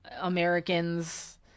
americans